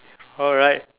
alright